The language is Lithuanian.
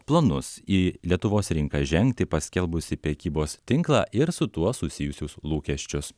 planus į lietuvos rinką žengti paskelbusi prekybos tinklą ir su tuo susijusius lūkesčius